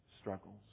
struggles